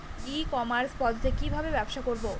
ই commerce পদ্ধতিতে কি ভাবে ব্যবসা করব?